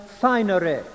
finery